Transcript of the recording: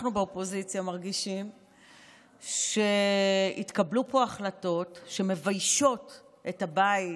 אנחנו באופוזיציה מרגישים שהתקבלו פה החלטות שמביישות את הבית,